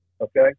Okay